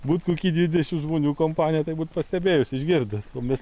būt koki dvidešim žmonių kompanija tai būt pastebėjus išgirdus o mes